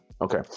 Okay